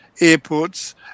Airports